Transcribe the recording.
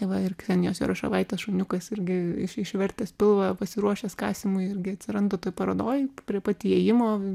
va ir ksenijos jaroševaitės šuniukas irgi iš išvertęs pilvą pasiruošęs kasymui irgi atsiranda toj parodoj prie pat įėjimo